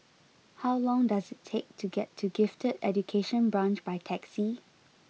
how long does it take to get to Gifted Education Branch by taxi